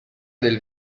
del